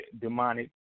demonic